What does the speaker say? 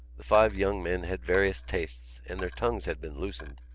the five young men had various tastes and their tongues had been loosened.